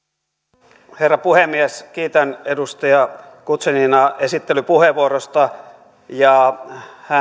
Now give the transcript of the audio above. arvoisa herra puhemies kiitän edustaja guzeninaa esittelypuheenvuorosta ja